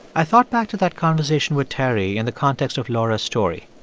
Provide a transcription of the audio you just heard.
i thought back to that conversation with terry in the context of laura's story.